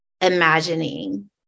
imagining